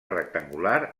rectangular